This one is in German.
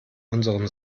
unserem